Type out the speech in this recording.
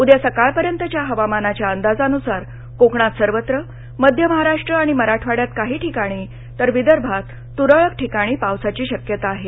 उद्या सकाळपर्यंतच्या हवामानाच्या अंदाजानुसार कोकणात सर्वत्र मध्य महाराष्ट्र आणि मराठवाङ्यात काही ठिकाणी तर विदर्भात तुरळक ठिकाणी पावसाची शक्यता आहे